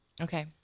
Okay